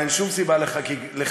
ואין שום סיבה לחגיגה,